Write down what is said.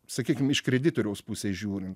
sakykim iš kreditoriaus pusės žiūrint